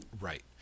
Right